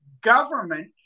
government